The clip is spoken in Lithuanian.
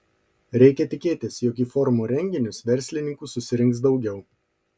reikia tikėtis jog į forumo renginius verslininkų susirinks daugiau